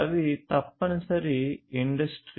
అవి తప్పనిసరి ఇండస్ట్రీ 4